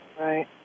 Right